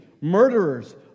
murderers